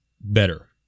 better